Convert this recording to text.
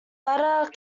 latter